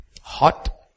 hot